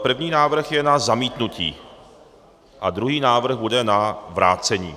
První je návrh na zamítnutí a druhý návrh bude na vrácení.